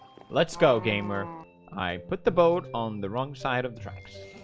let's go gamer i put the boat on the wrong side of the tracks